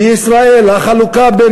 בישראל החלוקה בין